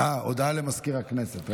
הודעה למזכיר הכנסת.